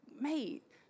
mate